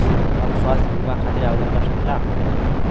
हम स्वास्थ्य बीमा खातिर आवेदन कर सकीला?